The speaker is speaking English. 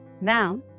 Now